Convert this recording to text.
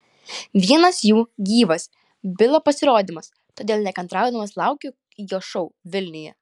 vienas jų gyvas bilo pasirodymas todėl nekantraudamas laukiu jo šou vilniuje